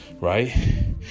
right